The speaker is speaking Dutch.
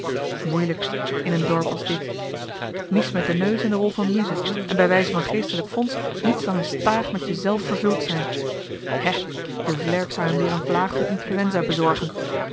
moeilijk in een dorp als dit mies met den neus in de rol van muze en bij wijze van geestelijk fonds niets dan een staâg met jezelf vervuld zijn hè de vlerk zou hem weer een vlaag van influenza bezorgen